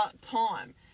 time